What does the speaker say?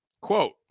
Quote